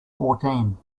fourteen